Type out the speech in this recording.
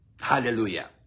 Hallelujah